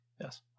yes